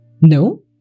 No